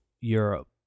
Europe